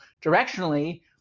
directionally